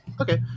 Okay